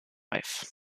wife